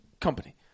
Company